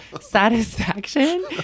satisfaction